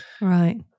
Right